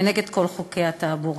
ונגד כל חוקי התעבורה.